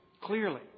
Clearly